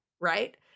right